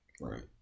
Right